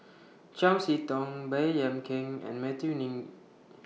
Chiam See Tong Baey Yam Keng and Matthew Ngui